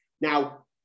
Now